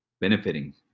benefiting